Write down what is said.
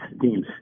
teams